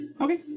Okay